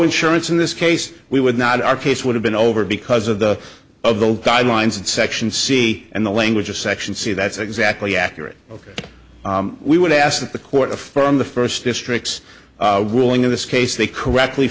insurance in this case we would not our case would have been over because of the of the guidelines and section c and the language of section c that's exactly accurate ok we would ask that the court affirm the first district's willing in this case they correctly